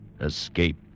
escape